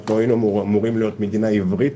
אנחנו היינו אמורים להיות מדינה עברית,